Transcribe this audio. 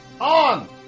On